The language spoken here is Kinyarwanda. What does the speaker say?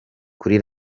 kuri